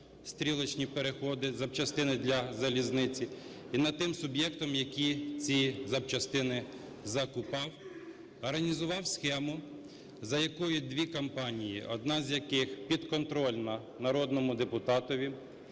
стрілочні переходи, запчастини для залізниці, і над тим суб'єктом, який ці запчастини закупав, - організував схему, за якою дві компанії, одна з яких підконтрольна народному депутатові,